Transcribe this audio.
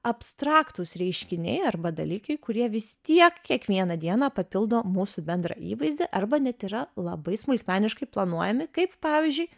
abstraktūs reiškiniai arba dalykai kurie vis tiek kiekvieną dieną papildo mūsų bendrą įvaizdį arba net yra labai smulkmeniškai planuojami kaip pavyzdžiui